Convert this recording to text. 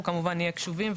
אנחנו נהיה קשובים,